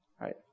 Right